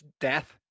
death